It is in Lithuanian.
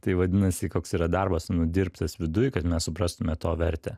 tai vadinasi koks yra darbas nudirbtas viduj kad mes suprastume to vertę